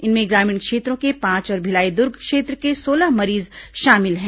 इनमें ग्रामीण क्षेत्रों के पांच और भिलाई दुर्ग क्षेत्र के सोलह मरीज शामिल हैं